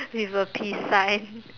with a peace sign